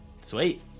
Sweet